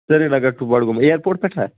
سریٖنگر ٹُہ بَڈٕگوم اِیَرپوٹ پٮ۪ٹھ ہا